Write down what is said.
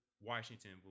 Washington